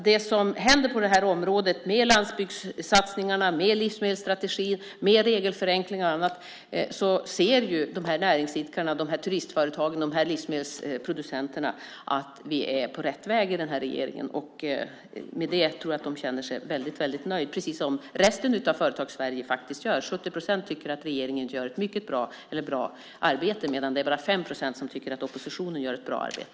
Det som händer på detta område - med landsbygdssatsningarna, livsmedelsstrategin, regelförenklingar och annat - innebär att näringsidkarna, turistföretagen och livsmedelsproducenterna ser att denna regering är på rätt väg, och det tror jag att de känner sig väldigt nöjda med, precis som resten av Företags-Sverige. 70 procent tycker att regeringen gör ett mycket bra eller bra arbete medan endast 5 procent tycker att oppositionen gör ett bra arbete.